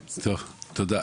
תודה.